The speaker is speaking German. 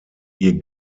ihr